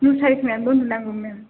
मुसारि खोंनानैबो उन्दु नांगौना मेम